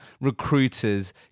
recruiters